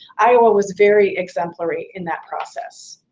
iowa was very exemplary in that process.